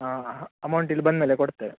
ಆ ಅಮೌಂಟ್ ಇಲ್ಲಿ ಬಂದ ಮೇಲೆ ಕೊಡ್ತೇವೆ